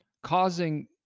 Causing